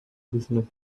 business